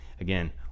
again